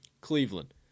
Cleveland